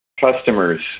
customers